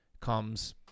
comes